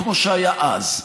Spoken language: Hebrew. כמו שהיה אז.